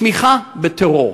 תמיכה בטרור.